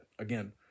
Again